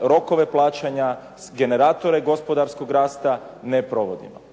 rokove plaćanja, generatore gospodarskog rasta ne provodimo.